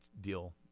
deal